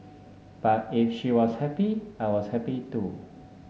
but if she was happy I was happy too